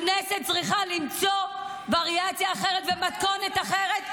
הכנסת צריכה למצוא וריאציה אחרת ומתכונת אחרת,